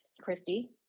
Christy